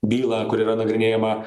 bylą kur yra nagrinėjama